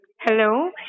hello